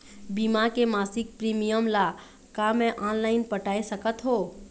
बीमा के मासिक प्रीमियम ला का मैं ऑनलाइन पटाए सकत हो?